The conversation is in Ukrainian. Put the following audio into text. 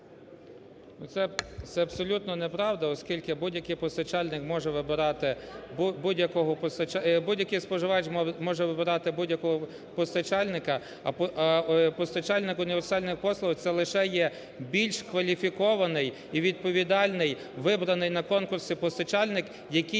вибирати будь-якого… Будь-який споживач може вибирати будь-якого постачальника, а постачальник універсальних послуг – це лише є більш кваліфікований і відповідальний, вибраний на конкурсі постачальник, який